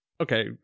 okay